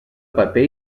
paper